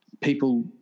People